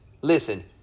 listen